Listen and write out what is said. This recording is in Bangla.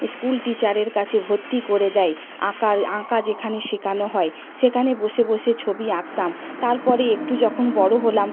স্কুল টিচারের কাছে ভর্তি করে দেয় আঁকার আঁকা যেখানে শেখানো হয় সেখানে বসে বসে ছবি আঁকতাম তার পরে একটু যখন বড় হলাম